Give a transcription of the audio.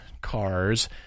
cars